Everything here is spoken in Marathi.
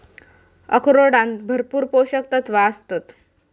अक्रोडांत भरपूर पोशक तत्वा आसतत